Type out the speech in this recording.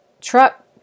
truck